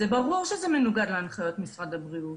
ברור שזה מנוגד להנחיות משרד הבריאות.